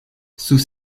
sous